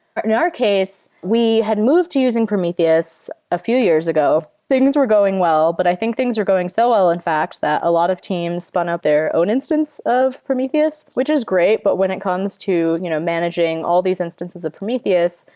and our case, we had moved to using prometheus a few years ago. things were going well, but i think things are going so well in fact that a lot of teams spun out their own instance of prometheus, which is great, but when it comes to you know managing all these instances of prometheus,